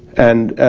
and